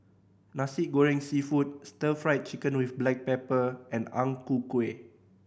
Nasi Goreng Seafood Stir Fried Chicken with black pepper and Ang Ku Kueh